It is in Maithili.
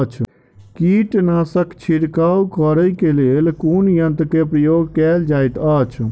कीटनासक छिड़काव करे केँ लेल कुन यंत्र केँ प्रयोग कैल जाइत अछि?